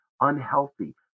unhealthy